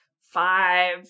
five